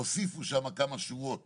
הוסיפו שם כמה שורות